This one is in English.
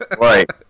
Right